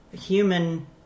human